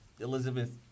Elizabeth